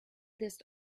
this